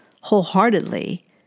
wholeheartedly